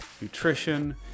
nutrition